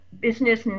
business